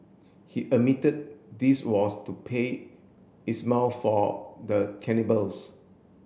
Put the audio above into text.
he admitted this was to pay Ismail for the cannibals